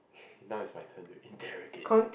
now is my turn to interrrogate you